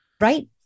Right